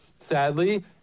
sadly